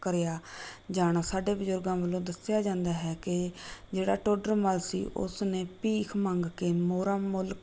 ਕਰਿਆ ਜਾਣਾ ਸਾਡੇ ਬਜ਼ੁਰਗਾਂ ਵੱਲੋਂ ਦੱਸਿਆ ਜਾਂਦਾ ਹੈ ਕਿ ਜਿਹੜਾ ਟੋਡਰ ਮੱਲ ਸੀ ਉਸਨੇ ਭੀਖ ਮੰਗ ਕੇ ਮੋਹਰਾਂ ਮੁੱਲ